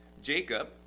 Jacob